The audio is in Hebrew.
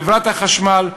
חברת החשמל,